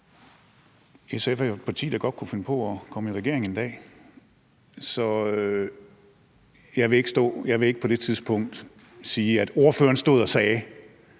SF er jo et parti, der godt kunne finde på at komme i regering en dag, og jeg vil ikke på det tidspunkt stå og sige,